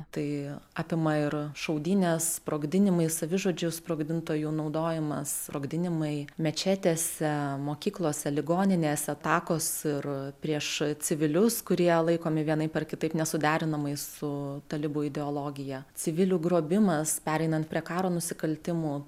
tai apima ir šaudynes sprogdinimai savižudžių sprogdintojų naudojimas sprogdinimai mečetėse mokyklose ligoninėse atakos ir prieš civilius kurie laikomi vienaip ar kitaip nesuderinamais su talibų ideologija civilių grobimas pereinant prie karo nusikaltimų